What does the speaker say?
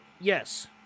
Yes